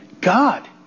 God